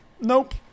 nope